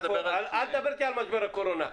אל תדבר אתי על משבר הקורונה.